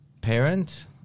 parent